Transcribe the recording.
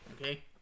Okay